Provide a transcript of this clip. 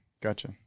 Gotcha